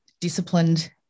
disciplined